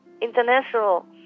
international